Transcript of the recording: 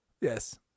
Yes